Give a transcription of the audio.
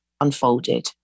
unfolded